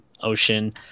ocean